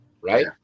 right